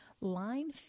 Line